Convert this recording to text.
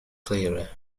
clearer